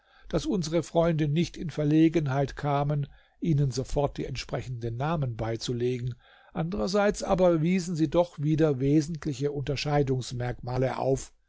daß unsre freunde nicht in verlegenheit kamen ihnen sofort die entsprechenden namen beizulegen andrerseits aber wiesen sie doch wieder wesentliche unterscheidungsmerkmale auf